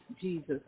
Jesus